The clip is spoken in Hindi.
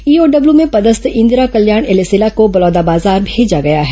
ईओडब्ल्यू में पदस्थ इंदिरा कल्याण एलेसेला को बलौदाबाजार भेजा गया है